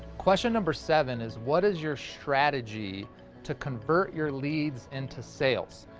question number seven is what is your strategy to convert your leads into sales?